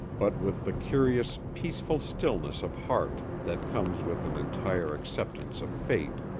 but with the curious, peaceful stillness of heart that comes with an entire acceptance of fate,